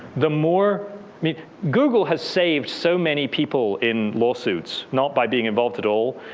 the more google has saved so many people in lawsuits. not by being involved at all,